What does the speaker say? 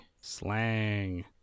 Slang